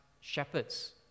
shepherds